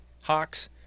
Hawks